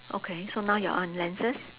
okay so now you're on lenses